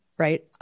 right